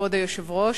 כבוד היושב-ראש,